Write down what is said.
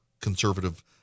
conservative